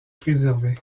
préservé